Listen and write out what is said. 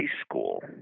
school